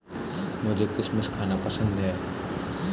मुझें किशमिश खाना पसंद है